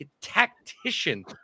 Tactician